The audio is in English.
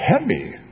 heavy